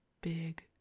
big